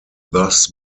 thus